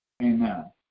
Amen